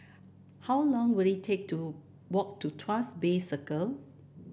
how long will it take to walk to Tuas Bay Circle